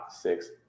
six